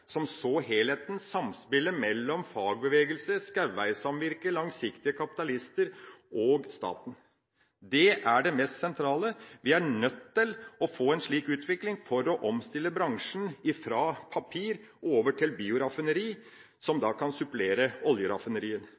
som så helheten, samspillet mellom fagbevegelse, skogveisamvirke, langsiktige kapitalister og staten. Det er det mest sentrale. Vi er nødt til å få en slik utvikling for å omstille bransjen fra papir til bioraffineri, som kan supplere